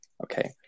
Okay